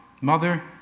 mother